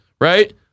Right